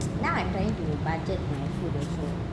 now I'm planning to budget my food also